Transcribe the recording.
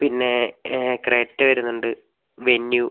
പിന്നെ ക്രെറ്റ വരുന്നുണ്ട് വെന്യു